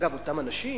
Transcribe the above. אגב, אותם אנשים